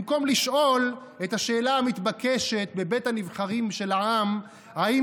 במקום לשאול את השאלה המתבקשת בבית הנבחרים של העם: האם